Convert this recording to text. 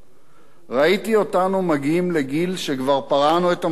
ראיתי אותנו מגיעים לגיל שכבר פרענו את המשכנתה,